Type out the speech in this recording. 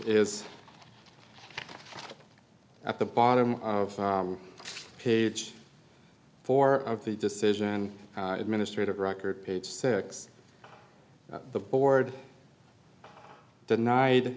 is at the bottom of page four of the decision administrators record page six the board denied